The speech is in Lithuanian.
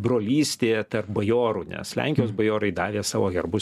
brolystė tarp bajorų nes lenkijos bajorai davė savo herbus